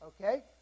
Okay